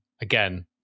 again